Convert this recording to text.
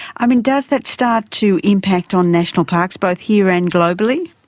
um and does that start to impact on national parks, both here and globally?